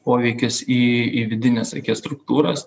poveikis į į vidinės akies struktūras